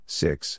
six